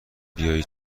بیای